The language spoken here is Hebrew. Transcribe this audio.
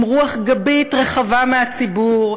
עם רוח גבית מרחבי הציבור,